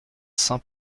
saint